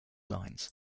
lines